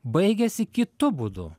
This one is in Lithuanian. baigiasi kitu būdu